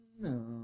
No